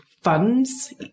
funds